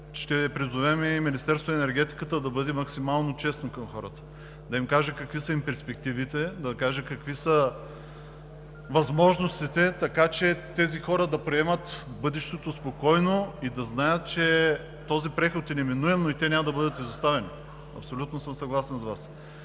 ще призовем и Министерството на енергетиката да бъде максимално честно към хората, да им каже какви са перспективите, да каже какви са възможностите, така че тези хора да приемат бъдещето спокойно и да знаят, че този преход е неминуем, но и те няма да бъдат изоставени, абсолютно съм съгласен с Вас.